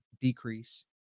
decrease